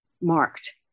marked